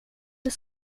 det